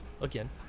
again